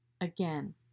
Again